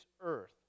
earth